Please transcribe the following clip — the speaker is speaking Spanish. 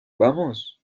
vamos